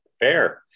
Fair